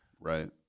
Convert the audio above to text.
Right